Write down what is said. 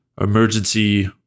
emergency